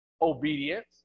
obedience